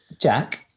Jack